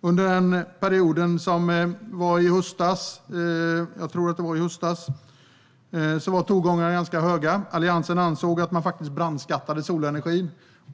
Under en period i höstas - jag tror att det var då - var tongångarna ganska höga. Alliansen ansåg att man brandskattade solenergin.